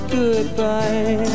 goodbye